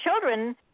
Children